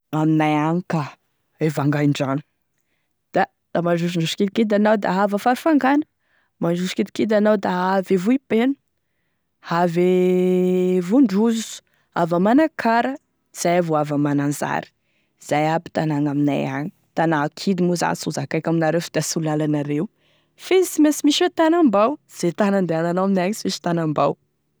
Aminay agny ka, e Vangaindrano, da mandrosondroso kidikidy anao, da avy Farafangana, da mandroso kidikidy anao da avy e Vohipeno, avy e Vondrozo, avy a Manakara, zay vo avy a Mananzary, zay aby tagna aminay agny, tagna kidy moa zany sy ho zakaiko aminareo fa da sy ho lalanareo fa izy sy mainsy misy hoe tanambao izay tany andehananao aminay agny sy mainsy misy tanambao.